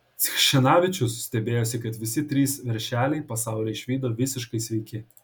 chščenavičius stebėjosi kad visi trys veršeliai pasaulį išvydo visiškai sveiki